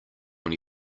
when